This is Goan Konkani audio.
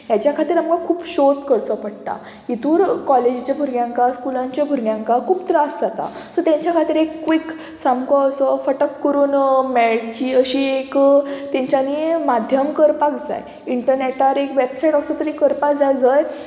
हेज्या खातीर आमकां खूब शोध करचो पडटा हितूर कॉलेजीच्या भुरग्यांक स्कुलांच्या भुरग्यांक खूब त्रास जाता सो तांच्या खातीर एक क्वीक सामको असो फटक करून मेळची अशी एक तेंच्यांनी माध्यम करपाक जाय इंटरनेटार एक वेबसायट असो तरी करपाक जाय जंय